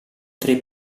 tre